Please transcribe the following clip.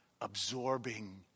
Absorbing